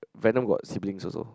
venom got siblings also